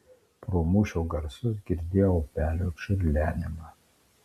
pro mūšio garsus girdėjau upelio čiurlenimą